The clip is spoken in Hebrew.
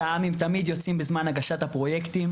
התעסוקות המבצעיות תמיד יוצאים בזמן הגשת הפרויקטים.